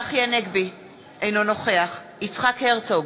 אינו נוכח יצחק הרצוג,